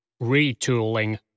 retooling